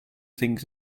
things